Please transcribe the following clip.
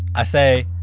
i say,